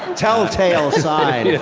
telltale sign yeah